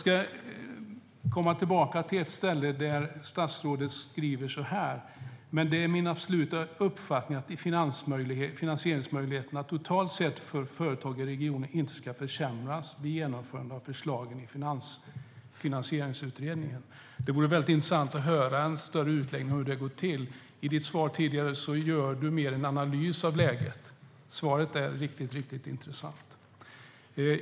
På ett ställe i svaret säger statsrådet: "Men det är min absoluta uppfattning att finansieringsmöjligheterna totalt sett för företag i regionen inte ska försämras vid genomförandet av förslagen från Finansieringsutredningen." Det vore intressant med en längre utläggning om hur det ska gå till. I svaret gör ministern mer av en analys av läget. Svaret är riktigt intressant.